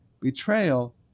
Betrayal